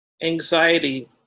Anxiety